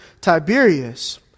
Tiberius